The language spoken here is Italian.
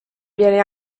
viene